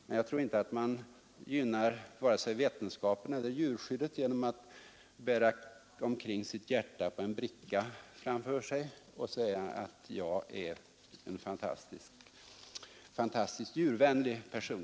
Men jag tror inte att man gynnar vare sig vetenskapen eller djurskyddet genom att framför sig bära sitt hjärta på en bricka och säga: Jag är en fantastiskt djurvänlig person.